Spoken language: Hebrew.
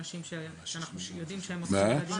שהן אוספות ילדים